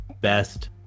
best